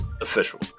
official